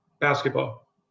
Basketball